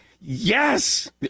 Yes